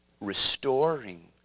restoring